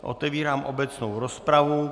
Otevírám obecnou rozpravu.